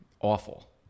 Awful